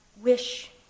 wish